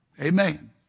Amen